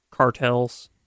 cartels